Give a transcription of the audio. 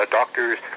doctors